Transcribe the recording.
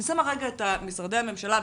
אני שמה לרגע את משרדי הממשלה,